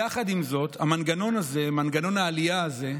יחד עם זאת, המנגנון הזה, מנגנון ההעלאה הזה,